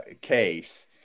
case